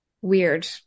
Weird